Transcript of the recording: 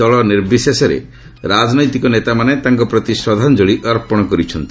ଦଳ ନିର୍ବିଶେଷରେ ରାଜନୈତିକ ନେତାମାନେ ତାଙ୍କ ପ୍ରତି ଶ୍ରଦ୍ଧାଞ୍ଜଳୀ ଅର୍ପଣ କରିଛନ୍ତି